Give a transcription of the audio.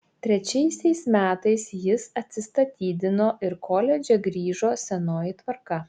trečiaisiais metais jis atsistatydino ir koledže grįžo senoji tvarka